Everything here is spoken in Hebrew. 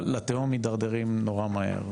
לתהום מתדרדרים נורא מהר.